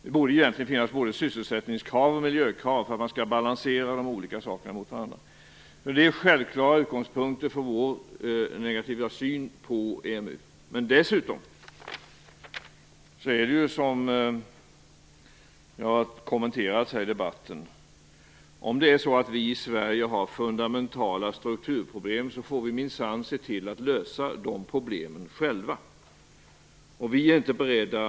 Det borde egentligen finnas både sysselsättningskrav och miljökrav för att man skall kunna balansera de olika sakerna mot varandra. Det är självklara utgångspunkter för vår negativa syn på EMU. Är det så att vi i Sverige har fundamentala strukturproblem får vi minsann se till att lösa de problemen själva. Det har kommenterats i debatten.